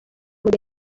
gihe